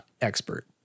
expert